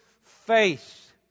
faith